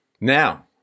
Now